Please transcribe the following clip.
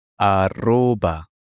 arroba